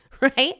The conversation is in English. right